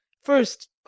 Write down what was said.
First